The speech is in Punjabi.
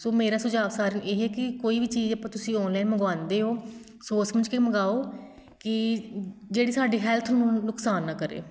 ਸੋ ਮੇਰਾ ਸੁਝਾਉ ਸਾਰਿਆਂ ਨੂੰ ਇਹ ਹੈ ਕਿ ਕੋਈ ਵੀ ਚੀਜ਼ ਆਪਾਂ ਤੁਸੀਂ ਔਨਲਾਈਨ ਮੰਗਵਾਉਂਦੇ ਹੋ ਸੋਚ ਸਮਝ ਕੇ ਮੰਗਵਾਉ ਕਿ ਜਿਹੜੀ ਸਾਡੀ ਹੈਲਥ ਨੂੰ ਨੁਕਸਾਨ ਨਾ ਕਰੇ